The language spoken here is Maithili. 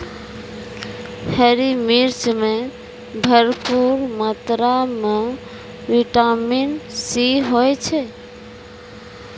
हरी मिर्च मॅ भरपूर मात्रा म विटामिन सी होय छै